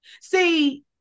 see